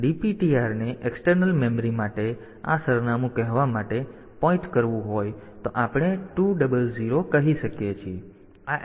તેથી જો DPTR ને એક્સટર્નલ મેમરી માટે આ સરનામું કહેવા માટે પોઈન્ટ કરવું હોય તો આપણે 200 કહી શકીએ છીએ આ એડ્રેસ પર નિર્દેશ કરવો પડશે